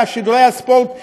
שידורי הספורט יוזלו.